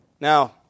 Now